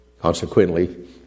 Consequently